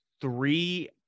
three